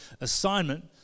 assignment